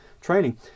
training